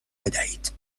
بدهید